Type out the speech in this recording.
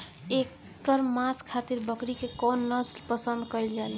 एकर मांस खातिर बकरी के कौन नस्ल पसंद कईल जाले?